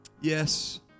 yes